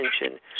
attention